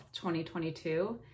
2022